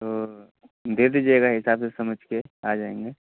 तो दे दीजिएगा हिसाब से समझ के आ जाएँगे